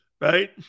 Right